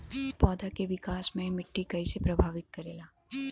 पौधा के विकास मे मिट्टी कइसे प्रभावित करेला?